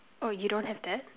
oh you don't have that